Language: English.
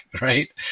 right